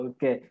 Okay